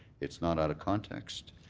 it's not of context,